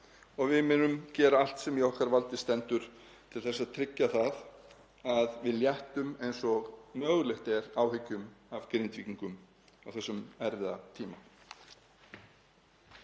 og við munum gera allt sem í okkar valdi stendur til að tryggja það að við léttum eins og mögulegt er áhyggjum af Grindvíkingum á þessum erfiða tíma.